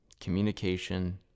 Communication